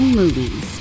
movies